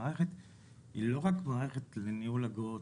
המערכת היא לא רק מערכת ניהול אגרות,